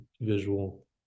visual